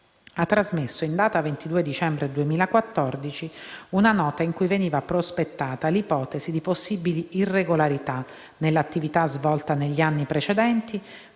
ha trasmesso, in data 22 dicembre 2014, una nota in cui veniva prospettata l’ipotesi di possibili irregolarità nell’attività svolta negli anni precedenti